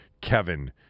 Kevin